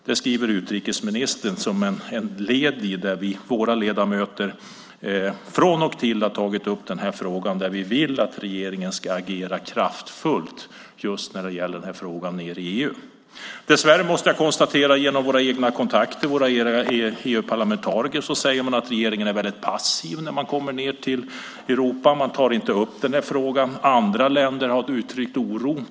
Så skriver utrikesministern med anledning av att våra ledamöter från och till har tagit upp den här frågan eftersom vi vill att regeringen ska agera kraftfullt i EU när det gäller den här frågan. Dessvärre måste jag konstatera att våra egna EU-parlamentariker säger att regeringen är mycket passiv när man kommer ned till Europa. Man tar inte upp denna fråga. Andra länder har uttryckt oro.